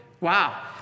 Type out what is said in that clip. Wow